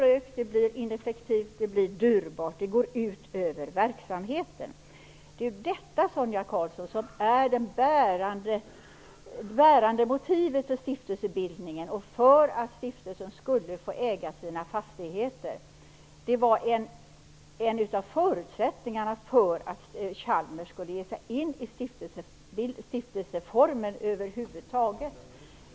Det blir trögt, ineffektivt och dyrbart. Det går ut över verksamheten. Det är detta, Sonia Karlsson, som är det bärande motivet för stiftelsebildningen och för att stiftelsen skulle få äga sina fastigheter. Det var en av förutsättningarna för att Chalmers skulle ge sig in i stiftelseformen över huvud taget.